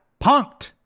punked